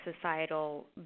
societal